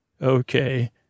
Okay